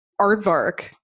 aardvark